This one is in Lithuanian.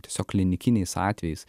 tiesiog klinikiniais atvejais